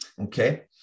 Okay